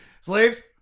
slaves